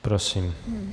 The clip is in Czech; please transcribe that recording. Prosím.